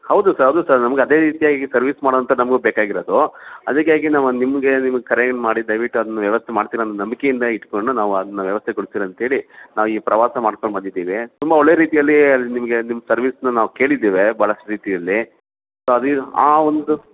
ಹೌದು ಸರ್ ಹೌದು ಸರ್ ನಮ್ಗೆ ಅದೇ ರೀತಿಯಾಗಿ ಸರ್ವಿಸ್ ಮಾಡೋಂತೊರು ನಮಗೂ ಬೇಕಾಗಿರೋದು ಅದಕ್ಕೆ ಆಗಿ ನಾವು ನಿಮಗೆ ನಿಮಗೆ ಕರೆ ಮಾಡಿ ದಯವಿಟ್ಟು ಅದ್ನ ವ್ಯವಸ್ಥೆ ಮಾಡ್ತೀರಂತ ನಂಬಿಕೆಯಿಂದ ಇಟ್ಟುಕೊಂಡು ನಾವು ಅದನ್ನ ವ್ಯವಸ್ಥೆ ಕೊಡ್ತೀರಂತೇಳಿ ನಾವು ಈ ಪ್ರವಾಸ ಮಾಡ್ಕೊಂಡು ಬಂದಿದ್ದೀವಿ ತುಂಬ ಒಳ್ಳೆ ರೀತಿಯಲ್ಲಿ ಅಲ್ಲಿ ನಿಮಗೆ ನಿಮ್ಮ ಸರ್ವಿಸನ್ನ ನಾವು ಕೇಳಿದ್ದೇವೆ ಭಾಳಷ್ಟು ರೀತಿಯಲ್ಲಿ ಸೊ ಅದು ಆ ಒಂದು